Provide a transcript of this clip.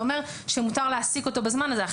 זה אומר שמותר להעסיק אותו בזמן הזה,